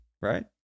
right